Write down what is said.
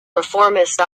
reformist